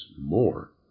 more